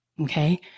Okay